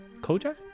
kojak